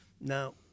Now